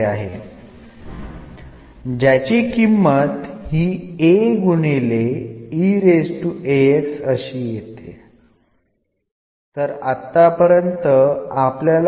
അത് നെ കൊണ്ട് ഗുണിച്ചത് അല്ലാതെ മറ്റൊന്നുമല്ല